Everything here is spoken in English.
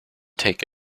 take